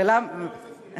אבל לא הוצאתי הגה.